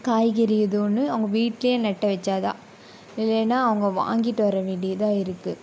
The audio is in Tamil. காய்கறி ஏதோ ஒன்று அவங்க வீட்லேயே நட்டு வைச்சாதான் இல்லேன்னா அவங்க வாங்கிட்டு வர வேண்டியதாக இருக்குது